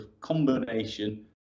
combination